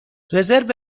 رزرو